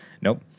Nope